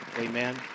Amen